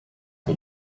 the